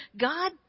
God